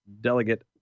Delegate